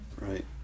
Right